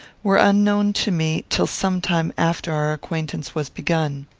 were unknown to me till some time after our acquaintance was begun.